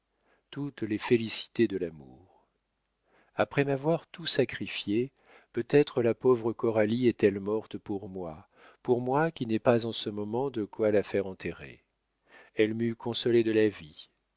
toutes les félicités de l'amour après m'avoir tout sacrifié peut-être la pauvre coralie est-elle morte pour moi pour moi qui n'ai pas en ce moment de quoi la faire enterrer elle m'eût consolé de la vie